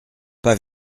pas